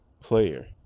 player